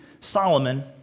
Solomon